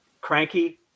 cranky